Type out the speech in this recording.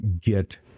get